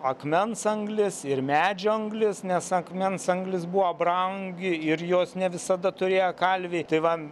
akmens anglis ir medžio anglis nes akmens anglis buvo brangi ir jos ne visada turėjo kalviai tai va